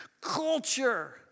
Culture